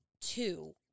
Two